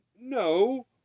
No